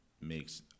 makes